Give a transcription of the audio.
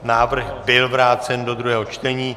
Návrh byl vrácen do druhého čtení.